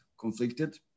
conflicted